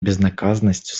безнаказанностью